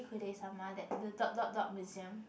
Yaoi Kudesama that the dot dot dot museum